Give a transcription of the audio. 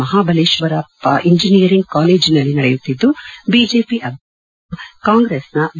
Mahabaleshwarappa engineering ಕಾಲೇಜಿನಲ್ಲಿ ನಡೆಯುತ್ತಿದ್ದು BJP ಅಭ್ಯರ್ಥಿ ವೈ ದೇವೇಂದ್ರಪ್ಪ ಕಾಂಗ್ರೆಸ್ನ ವಿ